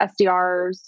SDRs